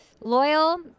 Loyal